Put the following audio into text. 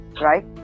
right